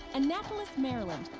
and annapolis, maryland,